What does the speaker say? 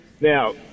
Now